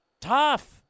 tough